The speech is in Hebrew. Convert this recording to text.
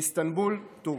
מאיסטנבול, טורקיה.